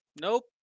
Nope